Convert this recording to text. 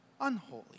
Unholy